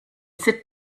sit